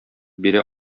бирә